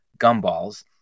gumballs